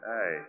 Hey